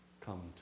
come